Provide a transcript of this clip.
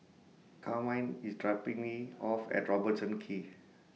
Carmine IS dropping Me off At Robertson Quay